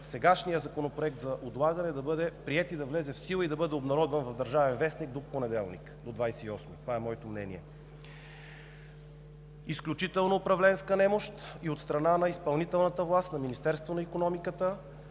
сегашният законопроект за отлагане да бъде приет, да влезе в сила и да бъде обнародван в „Държавен вестник“ до понеделник, до 28-и. Това е моето мнение. Изключителна управленска немощ и от страна на изпълнителната власт – на Министерството на икономиката.